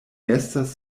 estas